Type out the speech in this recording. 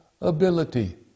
ability